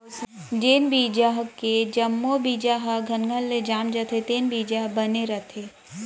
जेन बिजहा के जम्मो बीजा ह घनघन ले जाम जाथे तेन बिजहा ह बने रहिथे